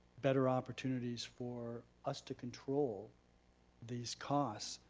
better opportunities for us to control these costs.